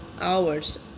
hours